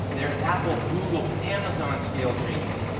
their apple, google, amazon-scale dreams,